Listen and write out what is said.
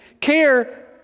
care